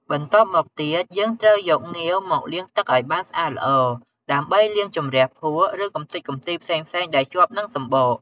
បន្ទាប់មកទៀត យើងត្រូវយកងាវ មកលាងទឹកឱ្យបានស្អាតល្អ ដើម្បីលាងជម្រះភក់ ឬកម្ទេចកម្ទីផ្សេងៗដែលជាប់នឹងសំបក។